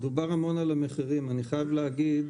אני חייב להגיד